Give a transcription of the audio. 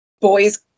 Boys